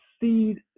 Seed